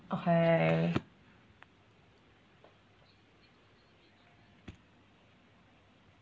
okay